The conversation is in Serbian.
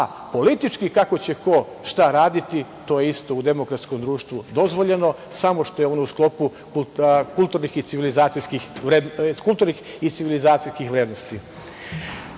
a politički kako će ko šta raditi, to isto u demokratskom društvu je dozvoljeno, samo što je ono u sklopu kulturnih i civilizacijskih vrednosti. Nisam